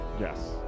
Yes